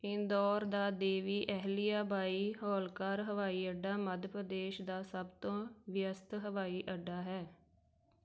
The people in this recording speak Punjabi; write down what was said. ਇੰਦੌਰ ਦਾ ਦੇਵੀ ਅਹਿਲਿਆਬਾਈ ਹੋਲਕਰ ਹਵਾਈ ਅੱਡਾ ਮੱਧ ਪ੍ਰਦੇਸ਼ ਦਾ ਸਭ ਤੋਂ ਵਿਅਸਤ ਹਵਾਈ ਅੱਡਾ ਹੈ